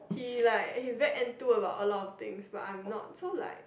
he like he very enthu about a lot of things but I'm not so like